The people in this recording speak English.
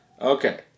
Okay